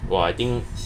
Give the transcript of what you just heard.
!wah! I think